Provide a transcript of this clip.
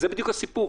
זה בדיוק הסיפור.